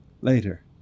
later